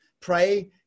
pray